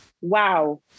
wow